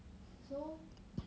so